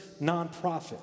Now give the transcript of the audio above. nonprofit